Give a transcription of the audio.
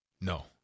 no